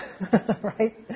Right